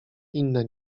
inne